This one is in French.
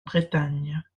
bretagne